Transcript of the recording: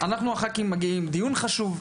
אנחנו הח"כים מגיעים, דיון חשוב.